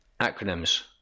Acronyms